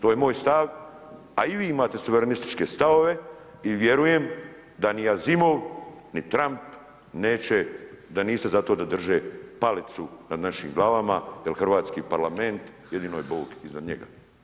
To je moj stav, a i vi imate suvremenističke stavove i vjerujem da ni Asimov ni Trump, neće, da niste za to da drže palicu nad našim glavama jer Hrvatski parlament, jedino je Bog iznad njega.